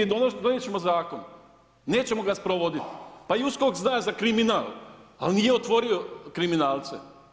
Donijet ćemo zakon, nećemo ga sprovoditi, pa I USKOK zna za kriminal, ali nije otvorio kriminalce.